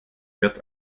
wird